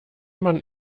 man